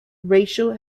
racial